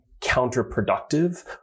counterproductive